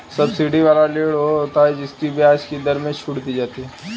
subsidy वाला ऋण वो होता है जिसकी ब्याज की दर में छूट दी जाती है